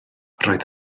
roedd